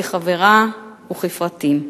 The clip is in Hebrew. כחברה וכפרטים.